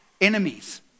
enemies